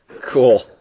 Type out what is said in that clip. Cool